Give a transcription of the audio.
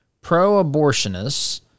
pro-abortionists